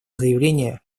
заявление